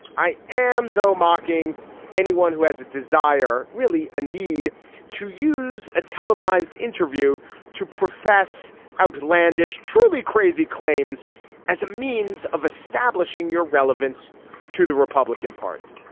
i am, though, mocking anyone who has a desire, really a need to use a televised interview to profess outlandish, truly crazy claims as a means of establishing your relevance to the republican party.